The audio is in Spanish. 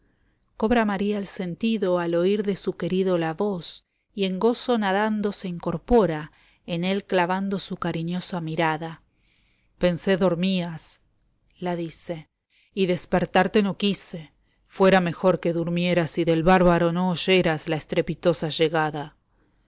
cobra maría el sentido al oír de su querido la voz y en gozo nadando se incorpora en él clavando su cariñosa mirada pensé dormías la dice y despertarte no quise fuera mejor que durmieras esteban echeverría y del bárbaro no oyeras la estrepitosa llegada